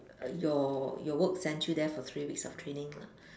your your work sent you there for three weeks of training lah